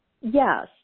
yes